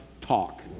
talk